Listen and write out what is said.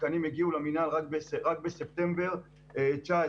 התקנים הגיעו למינהל רק בספטמבר 19',